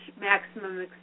maximum